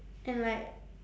and like